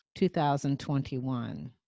2021